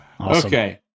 Okay